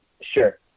sure